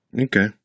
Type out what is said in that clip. Okay